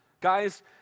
Guys